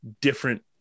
different